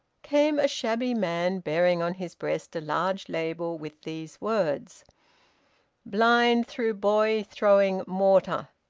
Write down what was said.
came a shabby man bearing on his breast a large label with these words blind through boy throwing mortar.